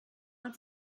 man